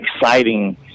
exciting